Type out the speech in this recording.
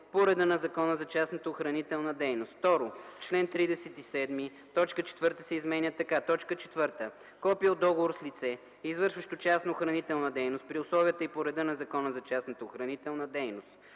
по реда на Закона за частната охранителна дейност;”. 2. В чл. 37 т. 4 се изменя така: „4. копие от договор с лице, извършващо частна охранителна дейност при условията и по реда на Закона за частната охранителна дейност;